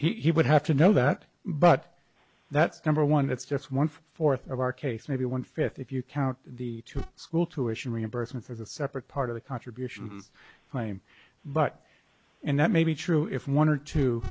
expense he would have to know that but that's number one it's just one fourth of our case maybe one fifth if you count the two school tuition reimbursement as a separate part of the contribution claim but and that may be true if one or two